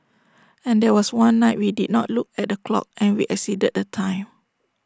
and there was one night we did not look at the clock and we exceeded the time